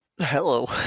hello